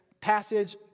passage